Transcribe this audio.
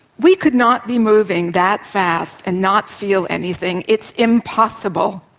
we could not be moving that fast and not feel anything. it's impossible.